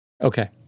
Okay